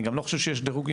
אני גם לא חושב שיש דירוגים,